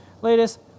latest